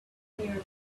nearby